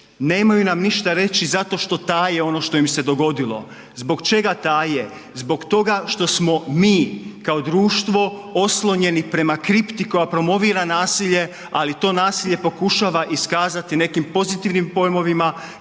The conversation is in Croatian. Nemaju nam ništa reći zato što taje ono što im se dogodilo. Zbog čega taje? Zbog toga što smo mi kao društvo oslonjeni prema kripti koja promovira nasilje, ali to nasilje pokušava iskazati nekim pozitivnim pojmovima